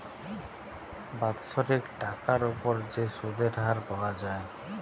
বাৎসরিক টাকার উপর যে সুধের হার পাওয়া যায়